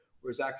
whereas